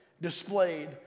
displayed